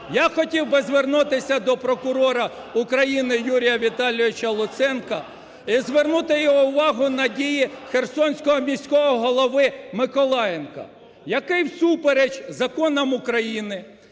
Я хотів би звернутися до прокурора України Юрія Віталійовича Луценка і звернути його увагу на дії Херсонського міського голови Миколаєнка, який всупереч Законам України